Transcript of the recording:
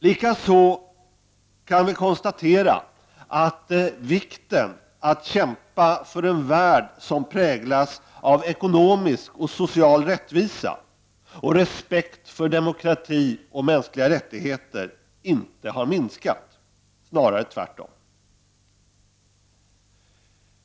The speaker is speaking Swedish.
Likaså kan vi konstatera att vikten att kämpa för en värld som präglas av ekonomisk och social rättvisa och respekt för demokrati och mänskliga rättigheter inte har minskat, snarare tvärtom.